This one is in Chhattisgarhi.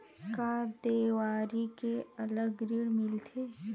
का देवारी के अलग ऋण मिलथे?